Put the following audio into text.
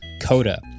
Coda